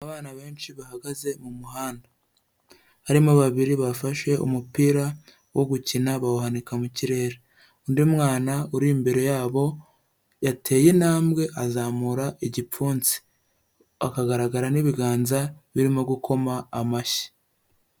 Abana benshi bahagaze mu muhanda, harimo babiri bafashe umupira wo gukina bawuhanika mu kirere, undi mwana uri imbere yabo yateye intambwe azamura igipfunsi, hakagaragara n'ibiganza birimo gukoma amashyi.